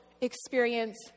experience